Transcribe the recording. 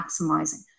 maximizing